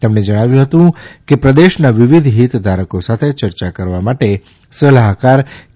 તેમણે જણાવ્યું હતું કે પ્રદેશના વિવિધ હીત ધારકો સાથે ચર્ચા કરવા માટે સલાહકાર કે